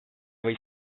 või